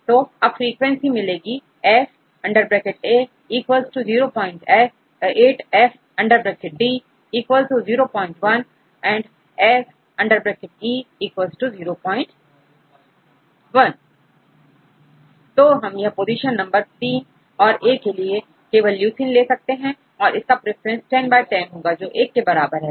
तो अब फ्रीक्वेंसी मिलेगी f 08 f 01 and f 01 तो यदि हम पोजीशन नंबर 3 देखें a को केवल leucine ले सकता है और इसका प्रेफरेंस 10 10 होगा जो एक के बराबर है